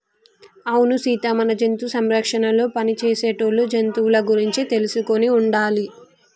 అవును సీత మన జంతు సంరక్షణలో పని చేసేటోళ్ళు జంతువుల గురించి తెలుసుకొని ఉండాలి